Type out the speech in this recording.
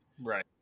right